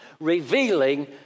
revealing